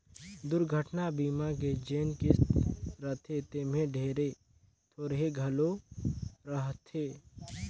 दुरघटना बीमा के जेन किस्त रथे तेम्हे ढेरे थोरहें घलो रहथे